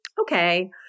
okay